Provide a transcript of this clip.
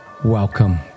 welcome